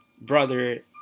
brother